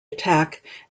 attack